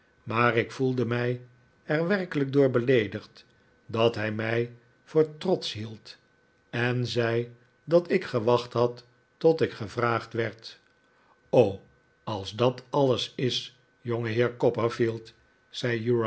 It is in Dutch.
maar ik voelde mij er werkelijk door beleedigd dat hij mij voor trotsch hield en zei dat ik gewacht had tot ik gevraagd werd r o als dat alles is